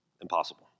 impossible